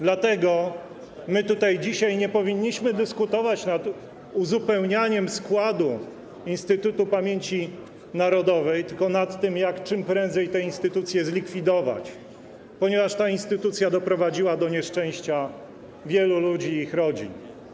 Dlatego dzisiaj nie powinniśmy dyskutować nad uzupełnianiem składu Instytutu Pamięci Narodowej, tylko nad tym, jak czym prędzej tę instytucję zlikwidować, ponieważ doprowadziła ona do nieszczęścia wielu ludzi i ich rodzin.